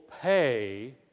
pay